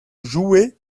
jouait